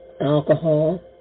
alcohol